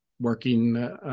working